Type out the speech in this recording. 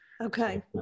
Okay